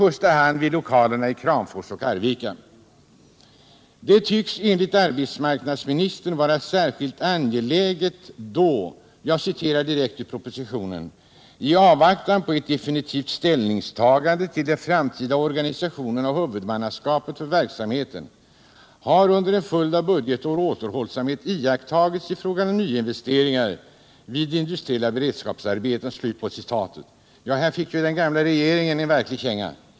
14 december 1977 Detta tycks enligt arbetsmarknadsministern vara särskilt angeläget då — jag citerar direkt ur propositionen — ”i avvaktan på ett definitivt ställ — Sysselsättningsbi ningstagande till den framtida organisationen och huvudmannaskapet = drag till tekoinduför verksamheten har under en följd av budgetår återhållsamhet iakttagits — strin, m.m. fick ju den gamla regeringen en verklig känga!